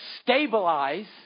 stabilize